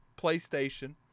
PlayStation